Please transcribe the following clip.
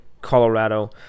Colorado